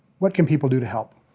what can people do to help?